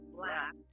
black